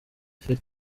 feri